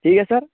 ٹھیک ہے سر